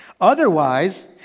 Otherwise